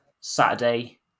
Saturday